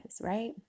right